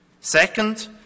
second